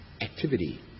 activity